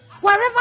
Wherever